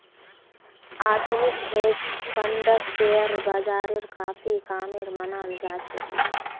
आधुनिक हेज फंडक शेयर बाजारेर काफी कामेर मनाल जा छे